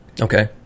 Okay